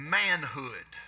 manhood